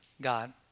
God